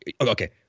Okay